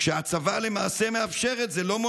בזמן שהצבא מאפשר להם את זה,